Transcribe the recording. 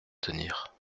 tenir